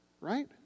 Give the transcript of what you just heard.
right